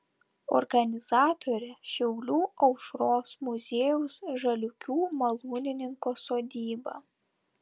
organizatorė šiaulių aušros muziejaus žaliūkių malūnininko sodyba